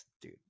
dude